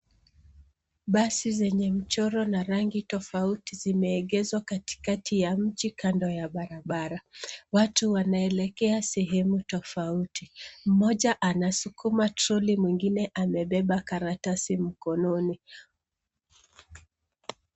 Basi zenye michoro na rangi tofauti zimeegeezwa katikati ya mti kando ya barabara. Watu wanaelekea sehemu tofauti, mmoja anasukuma trolley mwingine amebeba karatasi mkononi.